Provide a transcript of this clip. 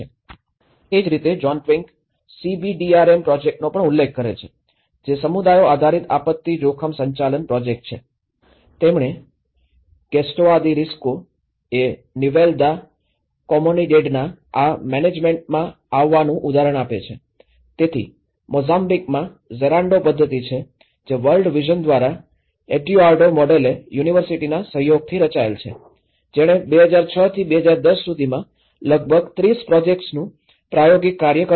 એ જ રીતે John Twigg CBDRM પ્રોજેક્ટ્સનો પણ ઉલ્લેખ કરે છે જે સમુદાયો આધારિત આપત્તિ જોખમ સંચાલન પ્રોજેક્ટ્સ છે તેમણે ગેસ્ટાઓ દ રિસ્કો એ નિવેલ દા કોમિનિડેડના આ મેનેજમેન્ટમાં આવવાનું ઉદાહરણ આપે છે તેથી મોઝામ્બિકમાં જેરાન્ડો પદ્ધતિ છે જે વર્લ્ડ વિઝન દ્વારા એડ્યુઆર્ડો મોન્ડેલે યુનિવર્સિટીના સહયોગથી રચાયેલ છે જેણે 2006 થી 2010 સુધીમાં લગભગ 30 પ્રોજેક્ટ્સનું પ્રાયોગિક કાર્ય કર્યું છે